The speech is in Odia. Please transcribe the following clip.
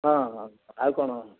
ହଁ ହଁ ଆଉ କ'ଣ